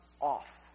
off